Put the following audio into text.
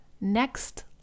Next